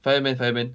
fireman fireman